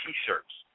T-shirts